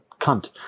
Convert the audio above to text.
cunt